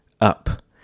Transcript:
up